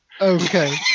Okay